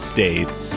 States